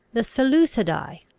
the seleucidae,